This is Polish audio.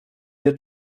wie